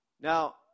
Now